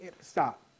Stop